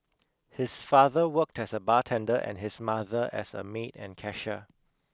his father worked as a bartender and his mother as a maid and cashier